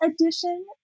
Edition